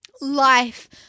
life